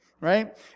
right